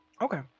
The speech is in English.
Okay